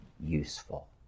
useful